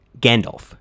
Gandalf